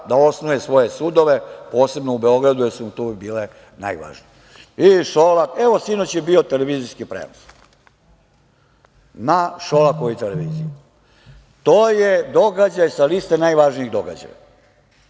da osnuje svoje sudove, posebno u Beogradu, jer su mu tu bili najvažniji. Evo sinoć je bio televizijski prenos na Šolakovoj televiziji. To je događaj sa liste najvažnijih događaja,